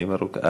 אני מרוקאי.